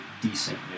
decent